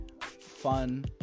fun